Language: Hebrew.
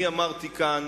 אני אמרתי כאן,